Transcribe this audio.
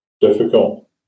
difficult